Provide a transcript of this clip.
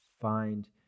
find